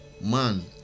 Man